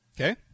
Okay